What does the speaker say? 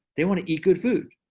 they want to eat good food.